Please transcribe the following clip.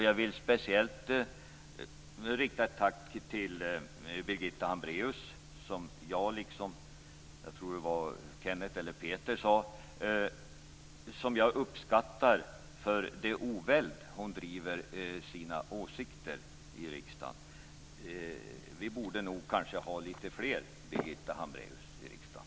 Jag vill speciellt rikta ett tack till Birgitta Hambraeus, som jag uppskattar för det oväld med vilket hon driver sina åsikter i riksdagen. Vi borde ha fler som Birgitta Hambraeus i riksdagen.